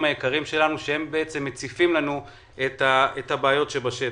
היקרים שלנו שהם מציפים לנו את הבעיות שבשטח.